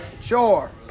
Sure